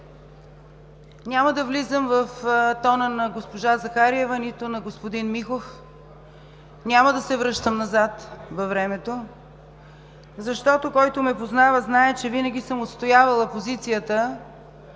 Няма да влизам в тона на госпожа Захариева нито на господин Михов, няма да се връщам назад във времето. Всеки, който ме познава, знае, че винаги съм отстоявала позицията,